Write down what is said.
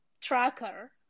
tracker